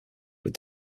were